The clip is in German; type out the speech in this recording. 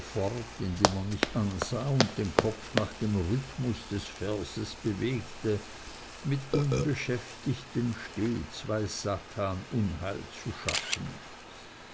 indem er mich ansah und den kopf nach dem rhythmus des verses bewegte mit unbeschäftigten stets weiß satan unheil zu schaffen